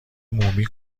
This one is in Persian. مومی